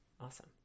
awesome